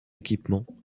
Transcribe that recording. équipements